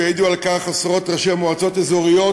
ויעידו על כך עשרות ראשי מועצות אזוריות